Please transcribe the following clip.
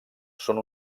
són